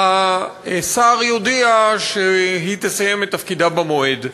השר יודיע שהיא תסיים את תפקידה במועד,